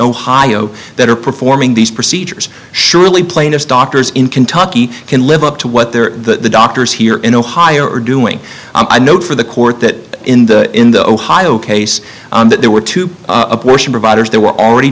ohio that are performing these procedures surely plaintiffs doctors in kentucky can live up to what their the doctors here in ohio are doing i know for the court that in the in the ohio case that there were two abortion providers they were already